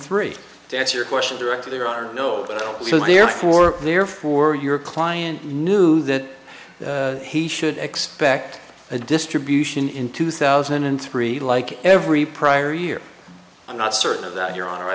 three to answer your question directly there are no so therefore therefore your client knew that he should expect a distribution in two thousand and three like every prior year i'm not certain that you're